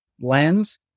lens